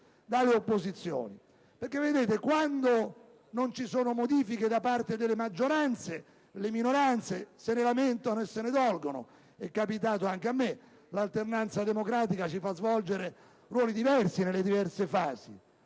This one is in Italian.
dalle opposizioni: infatti, quando non vi sono modifiche da parte delle maggioranze, le minoranze se ne lamentano e se ne dolgono. È capitato anche a me: l'alternanza democratica ci fa svolgere ruoli differenti nelle diverse fasi!